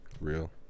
Real